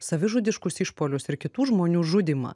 savižudiškus išpuolius ir kitų žmonių žudymą